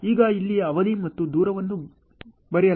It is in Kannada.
ಈಗ ಇಲ್ಲಿ ಅವಧಿ ಮತ್ತು ದೂರವನ್ನು ಬರೆಯಲಾಗಿದೆ